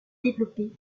développé